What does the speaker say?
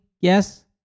Yes